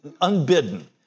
unbidden